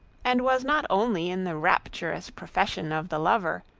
and was not only in the rapturous profession of the lover,